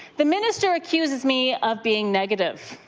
the minister accused me of being negative.